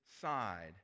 side